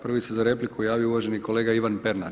Prvi se za repliku javio uvaženi kolega Ivan Pernar.